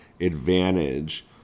advantage